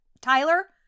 Tyler